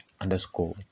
underscore